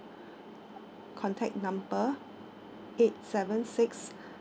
contact number eight seven six